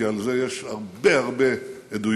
כי על זה יש הרבה הרבה עדויות,